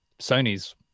Sony's